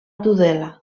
tudela